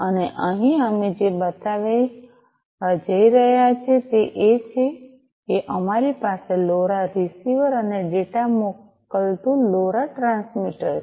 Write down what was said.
અને અહીં અમે જે બતાવવા જઈ રહ્યા છીએ તે એ છે કે અમારી પાસે લોરા રીસીવર ને ડેટા મોકલતું લોરા ટ્રાન્સમીટર છે